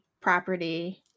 property